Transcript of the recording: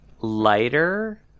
lighter